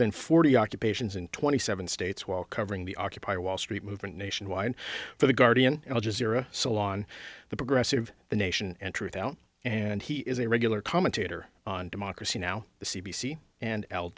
than forty occupations in twenty seven states while covering the occupy wall street movement nationwide for the guardian al jazeera salon the progressive the nation and truthout and he is a regular commentator on democracy now the c b c and al